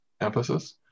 emphasis